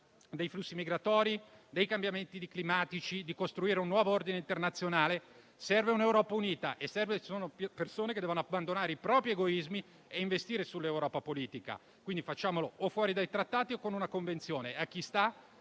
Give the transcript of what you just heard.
dei flussi migratori, dei cambiamenti climatici, della costruzione di un nuovo ordine internazionale, serve un'Europa unita e servono persone che abbandonino i propri egoismi e investano sull'Europa politica. Quindi facciamolo, o fuori dai trattati o con una convenzione. A chi sta